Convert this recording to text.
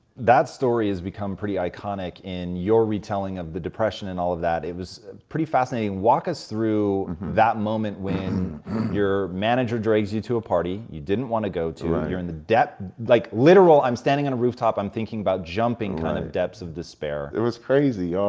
that story has become pretty iconic in your retelling of the depression and all of that, it was pretty fascinating. walk us through that moment when your manager drags you to a party you didn't want to go to, you're in the depth. like, literal i'm standing on a rooftop, i'm thinking about jumping, kind of depths of despair. dmc it was crazy. ah